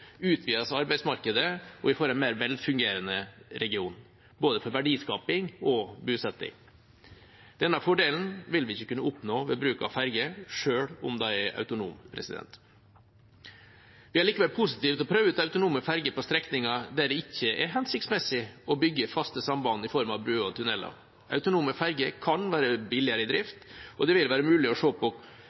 utvides arbeidsmarkedet, og vi får en mer velfungerende region for både verdiskaping og bosetting. Denne fordelen vil vi ikke kunne oppnå ved bruk av ferger selv om de er autonome. Vi er likevel positive til å prøve ut autonome ferger på strekninger der det ikke er hensiktsmessig å bygge faste samband i form at broer og tunneler. Autonome ferger kan være billigere i drift, og det vil være mulig å se på